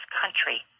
country